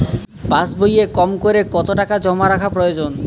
পাশবইয়ে কমকরে কত টাকা জমা রাখা প্রয়োজন?